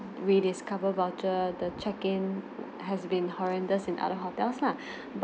we discover voucher the check in has been horrendous in other hotels lah but